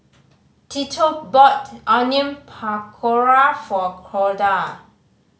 Tito bought Onion Pakora for Corda